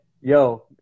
Yo